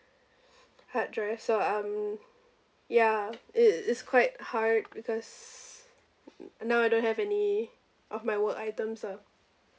hard drive so um ya it is quite hard because now I don't have any of my work items ah